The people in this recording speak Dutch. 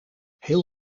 heel